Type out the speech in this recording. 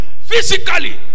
physically